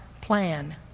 plan